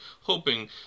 hoping